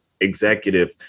executive